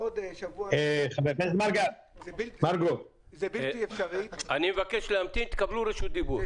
בעוד שבוע --- זה בלתי אפשרי --- לשבועיים,